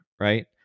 right